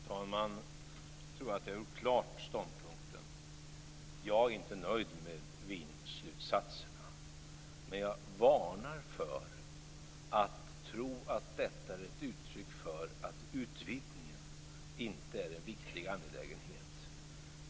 Fru talman! Jag tror att jag har gjort ståndpunkten klar. Jag är inte nöjd med Wienslutsatserna. Men jag varnar för att tro att detta är ett uttryck för att utvidgningen inte är en viktig angelägenhet.